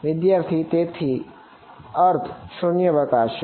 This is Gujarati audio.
વિદ્યાર્થી તેનો અર્થ શૂન્યાવકાશ છે